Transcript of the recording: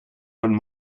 von